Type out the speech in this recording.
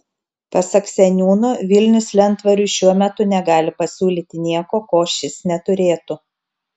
pasak seniūno vilnius lentvariui šiuo metu negali pasiūlyti nieko ko šis neturėtų